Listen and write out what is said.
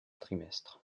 trimestre